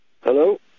Hello